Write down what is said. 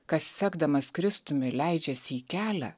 kas sekdamas kristumi leidžiasi į kelią